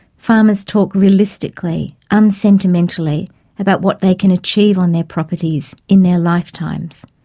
farmers talk realistically, unsentimentally about what they can achieve on their properties in their lifetimes.